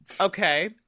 Okay